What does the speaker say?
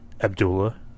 Abdullah